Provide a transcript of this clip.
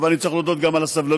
אבל אני צריך להודות גם על הסבלנות,